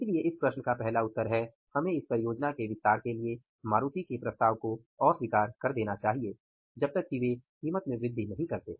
इसलिए इस प्रश्न का पहला उत्तर है हमें इस परियोजना के विस्तार के लिए मारुति के प्रस्ताव को अस्वीकार कर देना चाहिए जब तक कि वे कीमत में वृद्धि नहीं करते